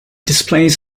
displays